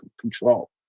control